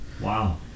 Wow